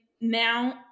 now